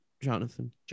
Jonathan